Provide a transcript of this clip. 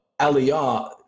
Aliyah